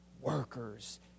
workers